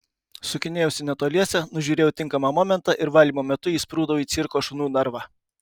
sukinėjausi netoliese nužiūrėjau tinkamą momentą ir valymo metu įsprūdau į cirko šunų narvą